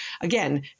Again